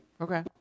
Okay